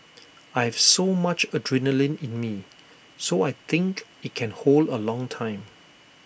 I have so much adrenaline in me so I think IT can hold A long time